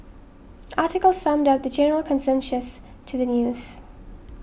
article summed up the general consensus to the news